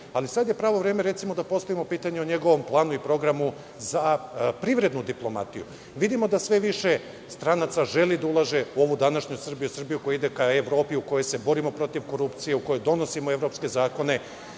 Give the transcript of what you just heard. ali sad je pravo vreme, recimo, da postavimo pitanje o njegovom planu i programu za privrednu diplomatiju. Vidimo da sve više stranaca želi da ulaže u ovu današnju Srbiju, Srbiju koja ide ka Evropi u kojoj se borimo protiv korupcije, u kojoj donosimo evropske zakone.